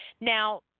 Now